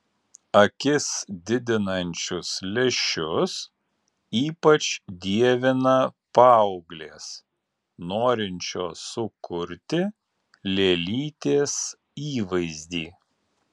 akis didinančius lęšius ypač dievina paauglės norinčios sukurti lėlytės įvaizdį